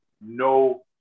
no